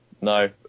no